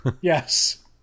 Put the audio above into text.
Yes